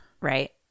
Right